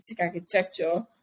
architecture